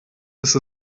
ist